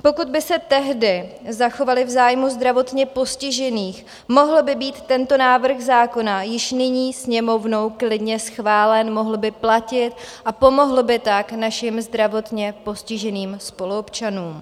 Pokud by se tehdy zachovali v zájmu zdravotně postižených, mohl by být tento návrh zákona již nyní Sněmovnou klidně schválen, mohl by platit a pomohl by tak našim zdravotně postiženým spoluobčanům.